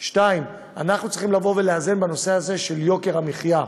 2. אנחנו צריכים לאזן בנושא הזה של יוקר המחיה.